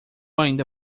ainda